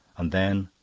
and then,